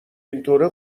اینطوره